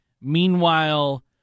Meanwhile